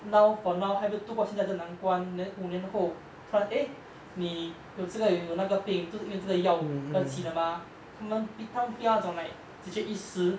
now for now 还没度过现在这难关 then 五年后突然 eh 你有这个有那个病都是因为这个药喝起的 mah 他们他们不要讲 like 解救一时